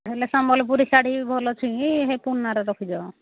ହେଲେ ସମ୍ବଲପୁରୀ ଶାଢ଼ୀ ବି ଭଲ ଅଛି କି ସେ ପୁରୁଣାଟା ରଖିଛ